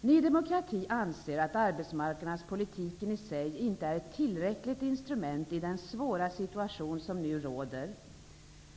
Ny demokrati anser att arbetsmarknadspolitiken i sig inte är ett tillräckligt instrument i den svåra situation som nu råder.